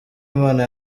imana